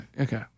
okay